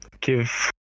give